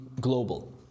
global